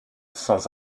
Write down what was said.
sans